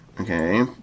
Okay